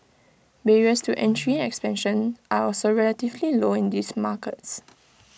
barriers to entry and expansion are also relatively low in these markets